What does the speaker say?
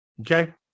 Okay